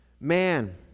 man